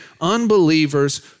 unbelievers